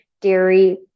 dairy